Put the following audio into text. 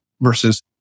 versus